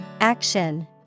Action